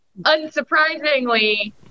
unsurprisingly